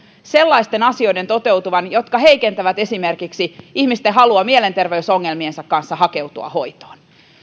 sellaisten asioiden toteutuvan jotka heikentävät esimerkiksi ihmisten halua mielenterveys ongelmiensa kanssa hakeutua hoitoon